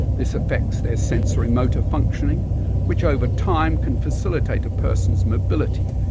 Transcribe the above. this affects their sensory motor functioning which over time can facilitate a person's mobility,